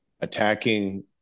attacking